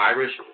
Irish